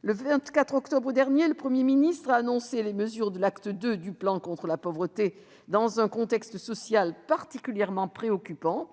Le 24 octobre dernier, le Premier ministre a annoncé les mesures de l'acte II du plan contre la pauvreté dans un contexte social particulièrement préoccupant.